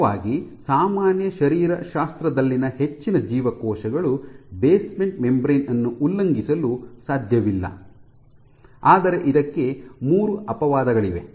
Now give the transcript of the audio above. ಮುಖ್ಯವಾಗಿ ಸಾಮಾನ್ಯ ಶರೀರಶಾಸ್ತ್ರದಲ್ಲಿನ ಹೆಚ್ಚಿನ ಜೀವಕೋಶಗಳು ಬೇಸ್ಮೆಂಟ್ ಮೆಂಬರೇನ್ ಅನ್ನು ಉಲ್ಲಂಘಿಸಲು ಸಾಧ್ಯವಿಲ್ಲ ಆದರೆ ಇದಕ್ಕೆ ಮೂರು ಅಪವಾದಗಳಿವೆ